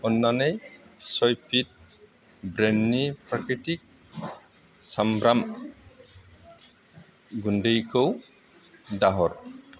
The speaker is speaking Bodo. अननानै सयफिट ब्रेन्डनि प्राकृतिक सामब्राम गुन्दैखौ दा हर